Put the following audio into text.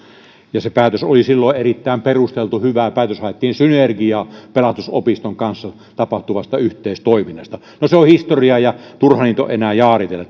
ja se päätös oli silloin erittäin perusteltu hyvä päätös haettiin synergiaa pelastusopiston kanssa tapahtuvasta yhteistoiminnasta no se on historiaa ja turha niistä on enää jaaritella